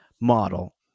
model